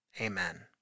Amen